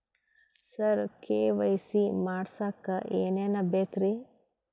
ಸರ KYC ಮಾಡಸಕ್ಕ ಎನೆನ ಬೇಕ್ರಿ?